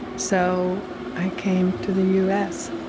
so i came to the u s.